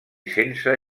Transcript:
sense